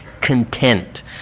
content